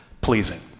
pleasing